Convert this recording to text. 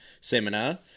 seminar